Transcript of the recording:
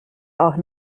auch